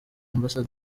amb